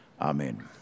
Amen